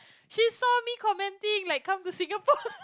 she saw me commenting like come to Singapore